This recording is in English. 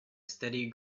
steady